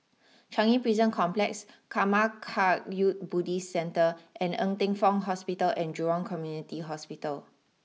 Changi Prison Complex Karma Kagyud Buddhist Center and Ng Teng Fong Hospital and Jurong Community Hospital